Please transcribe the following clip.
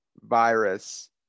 virus